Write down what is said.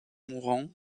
mourant